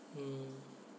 mm